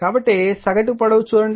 కాబట్టి సగటు పొడవు చూడండి